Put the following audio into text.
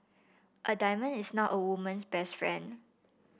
a diamond is not a woman's best friend